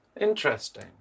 Interesting